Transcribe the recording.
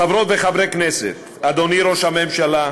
חברות וחברי כנסת, אדוני ראש הממשלה,